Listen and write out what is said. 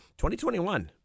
2021